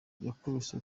yakubise